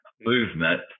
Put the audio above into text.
movement